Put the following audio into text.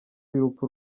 y’urupfu